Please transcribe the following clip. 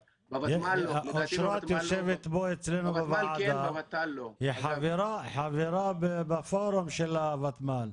יושבת פה אצלנו בוועדה חברה בפורום של וותמ"ל.